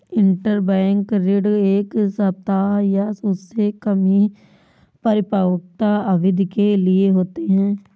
interbank ऋण एक सप्ताह या उससे कम की परिपक्वता अवधि के लिए होते हैं